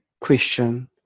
question